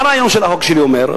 מה הרעיון של החוק שלי אומר?